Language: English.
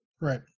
Right